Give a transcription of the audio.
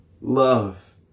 love